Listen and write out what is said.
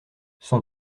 son